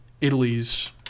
Italy's